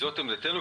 זאת עמדתנו.